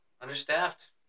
Understaffed